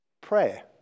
prayer